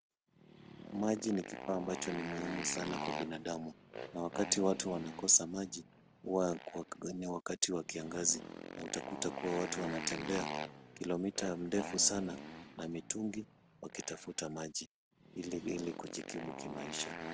Maji ni kifaa ambacho ni muhimu sana kwa binadamu na wakati watu wanakosa maji, huwa ni wakati wa kiangazi na utakuta kuwa watu wanatembea kilomita ndefu sana na mitungi wakitafuta maji, ili kujikimu kimaisha.